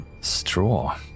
straw